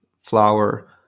flower